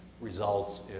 results